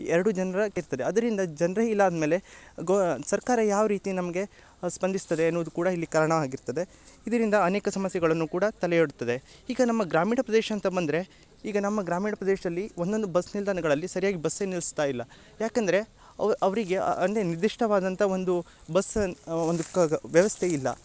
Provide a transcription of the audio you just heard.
ಎರಡು ಜನರ ಕೆಲಸ ಇರ್ತದೆ ಅದರಿಂದ ಜನರೆ ಇಲ್ಲ ಅಂದ್ಮೇಲೆ ಗೋ ಸರ್ಕಾರ ಯಾವ ರೀತಿ ನಮ್ಗೆ ಸ್ಪಂದಿಸ್ತದೆ ಎನ್ನುವುದು ಕೂಡ ಇಲ್ಲಿ ಕಾರಣ ಆಗಿರ್ತದೆ ಇದರಿಂದ ಅನೇಕ ಸಮಸ್ಯೆಗಳನ್ನು ಕೂಡ ತಲೆ ಒಡ್ತದೆ ಈಗ ನಮ್ಮ ಗ್ರಾಮೀಣ ಪ್ರದೇಶ ಅಂತ ಬಂದರೆ ಈಗ ನಮ್ಮ ಗ್ರಾಮೀಣ ಪ್ರದೇಶಲ್ಲಿ ಒನ್ನೊಂದು ಬಸ್ ನಿಲ್ದಾಣಗಳಲ್ಲಿ ಸರಿಯಾಗಿ ಬಸ್ಸೇ ನಿಲ್ಸ್ತಾ ಇಲ್ಲ ಯಾಕಂದರೆ ಅವರಿಗೆ ಅಲ್ಲಿ ನಿರ್ದಿಷ್ಟವಾದಂಥ ಒಂದು ಬಸ್ ಒಂದು ಕ ವ್ಯವಸ್ಥೆ ಇಲ್ಲ